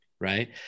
right